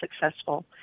successful